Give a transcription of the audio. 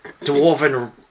dwarven